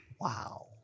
wow